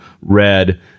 red